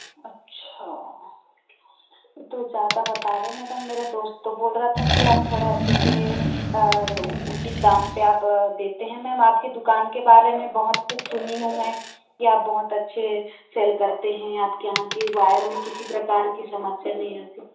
अच्छा तो ज़्यादा बता रहे है मैडम मेरा दोस्त तो बोल रहा था कि आप थोड़े अच्छे से उचित दाम पे आप देते है मेम आपकी दुकान के बारे में बहुत कुछ सुनी हूँ मैं या बहुत अच्छे सेल करते हैं आप यहाँ के वायर में किसी प्रकार की समस्या नहीं आती